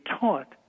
taught